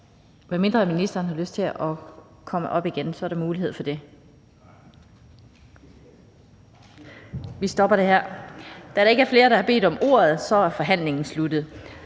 Hvis ministeren har lyst til at komme op igen, så er der mulighed for det. Nej, vi stopper her. Da der ikke er flere, der har bedt om ordet, er forhandlingen sluttet.